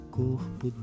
corpo